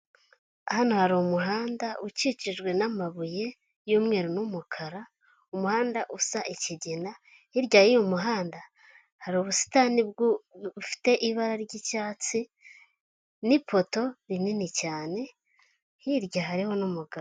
Hano hari umuhanda ukikijwe n'amabuye y'umweru n'umukara, umuhanda usa ikigina, hirya y'uyu muhanda hari ubusitani bufite ibara ry'icyatsi n'ipoto rinini cyane hirya hariho n'umugabo.